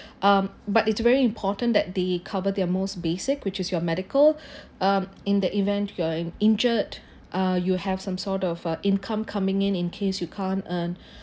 um but it's very important that they cover their most basic which is your medical um in the event you're in injured uh you have some sort of a income coming in in case you can't earn